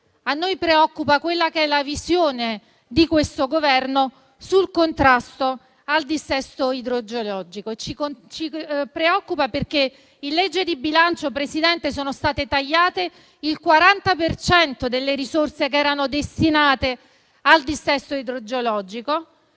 ci preoccupa la visione di questo Governo sul contrasto al dissesto idrogeologico. Ci preoccupa perché in legge di bilancio, Presidente, sono state tagliate il 40 per cento delle risorse che erano destinate al dissesto idrogeologico.